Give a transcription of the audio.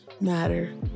matter